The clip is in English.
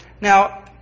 Now